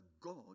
God